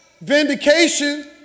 vindication